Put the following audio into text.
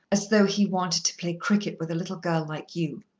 as though he wanted to play cricket with a little girl like you.